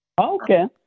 Okay